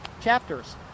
chapters